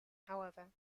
however